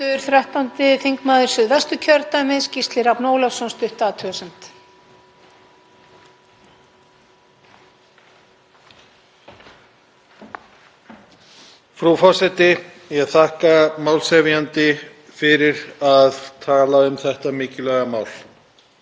Frú forseti. Ég þakka málshefjandi fyrir að tala um þetta mikilvæga mál. Það er algerlega óásættanlegt að brotaþolar í kynferðisbrotamálum þurfi að bíða í mörg ár eftir því að fá réttlætinu fullnægt.